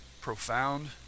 profound